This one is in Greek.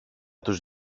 τους